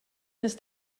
ist